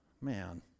Man